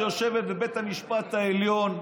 בבית המשפט העליון,